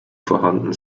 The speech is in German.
vorhanden